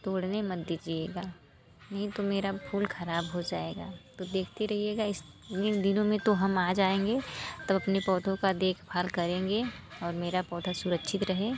तोड़ने मत दीजिएगा नहीं तो मेरा फूल ख़राब हो जाएगा तो देखते रहिएगा इस इन दिनों में तो हम आ जाएंगे तब अपनी पौधों का देखभाल करेंगे और मेरा पौधा सुरक्षित रहे